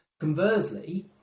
Conversely